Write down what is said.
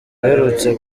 uherutse